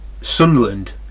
Sunderland